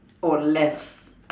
oh left